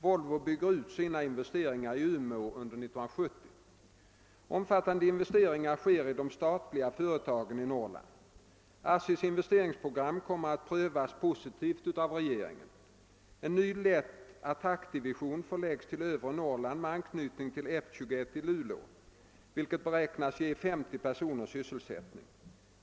Volvo bygger ut sina investeringar i Umeå under år 1970. Omfattande investeringar sker i de statliga företagen i Norrland. ASSI:s investeringsprogram kommer att prövas positivt av regeringen. En ny lätt attackdivision förläggs till övre Norrland med anknytning till F 21 i Luleå, vilket beräknas ge 50 personer sysselsättning.